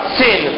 sin